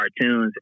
cartoons